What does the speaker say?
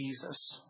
Jesus